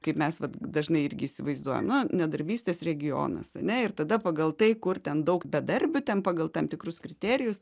kaip mes vat dažnai irgi įsivaizduojamam nu nedarbystės regionas ane ir tada pagal tai kur ten daug bedarbių ten pagal tam tikrus kriterijus